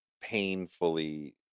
painfully